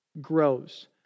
grows